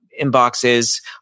inboxes